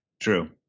true